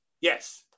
yes